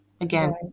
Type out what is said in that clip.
again